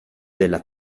della